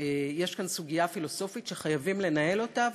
יש כאן סוגיה פילוסופית שחייבים לנהל אותה,